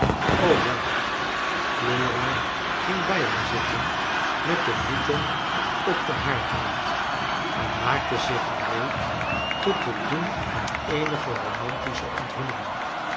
jal flora ging bij haar zitten met de voeten op den haardrand en maakte zich gereed tot het doen van eenige romantische onthullingen